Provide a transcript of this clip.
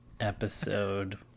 episode